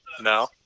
No